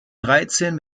dreizehn